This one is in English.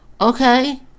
okay